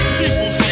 people